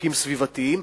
חוקים סביבתיים.